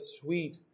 sweet